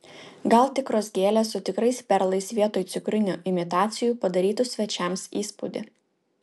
gal tikros gėlės su tikrais perlais vietoj cukrinių imitacijų padarytų svečiams įspūdį